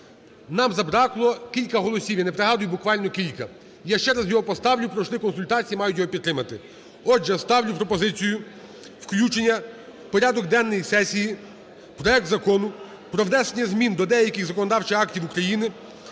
нам забракло кілька голосів, я не пригадую, буквально кілька. Я ще раз його поставлю, пройшли консультації, мають його підтримати. Отже, ставлю пропозицію включення в порядок денний сесії проект Закону про внесення змін до деяких законодавчих актів України